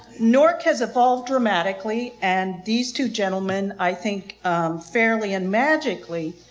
norc has evolved dramatically and these two gentlemen, i think fairly and magically,